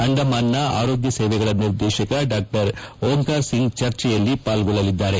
ಅಂಡಮಾನ್ನ ಆರೋಗ್ಲ ಸೇವೆಗಳ ನಿರ್ದೇಶಕ ಡಾ ಓಂಕಾರ ಸಿಂಗ್ ಚರ್ಚೆಯಲ್ಲಿ ಪಾಲ್ಗೊಳ್ಳಲಿದ್ದಾರೆ